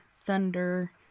thunder